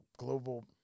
global